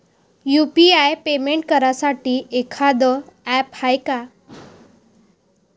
UPI payment करासाठी एखांद app हाय का?